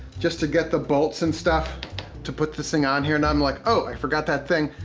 just to get the bolts and stuff to put this thing on here. now i'm like oh, i forgot that thing.